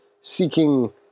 seeking